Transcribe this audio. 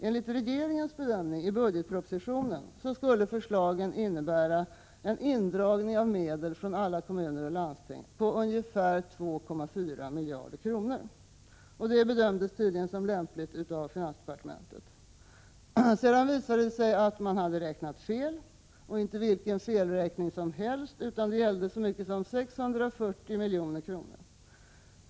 Enligt regeringens bedömning i budgetpropositionen skulle förslagen innebära en indragning av medel från alla kommuner och landsting på ungefär 2,4 miljarder. Det bedömdes tydligen som lämpligt av finansdepartementet. Sedan visade det sig att man hade räknat fel, och det var inte vilken felräkning som helst, utan det gällde så mycket som 640 milj.kr.